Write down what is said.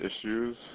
issues